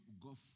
go